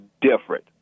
different